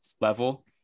level